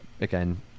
Again